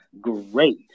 great